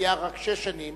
במליאה רק שש שנים,